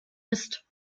ist